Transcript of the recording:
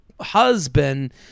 husband